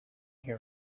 here